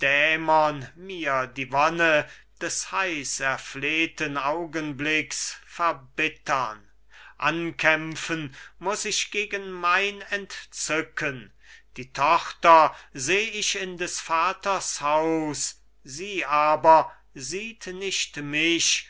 dämon mir die wonne des heiß erflehten augenblicks verbittern ankämpfen muß ich gegen mein entzücken die tochter seh ich in des vaters haus sie aber sieht nicht mich